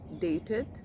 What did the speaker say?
dated